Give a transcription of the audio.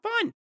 fun